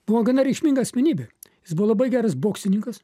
buvo gana reikšminga asmenybė jis buvo labai geras boksininkas